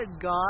God